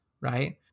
Right